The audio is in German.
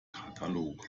katalog